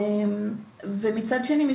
מצד שני,